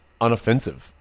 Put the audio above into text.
unoffensive